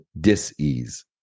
dis-ease